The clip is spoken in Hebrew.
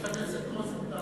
חבר הכנסת רוזנטל,